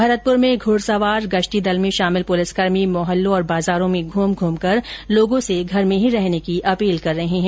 भरतपुर में घुडसवार गश्ती दल में शामिल पुलिसकर्मी मौहल्लों और बाजारों में घूम घूमकर लोगों से घर में ही रहने की अपील कर रहे है